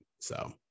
so-